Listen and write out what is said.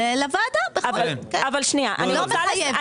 לוועדה שהיא לא מחייבת.